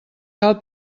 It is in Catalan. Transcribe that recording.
cal